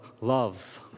love